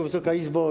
Wysoka Izbo!